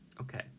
Okay